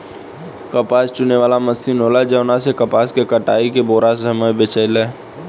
कपास चुने वाला मशीन होला जवना से कपास के कटाई के बेरा समय बचेला